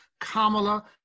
Kamala